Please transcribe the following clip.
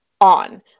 on